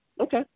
Okay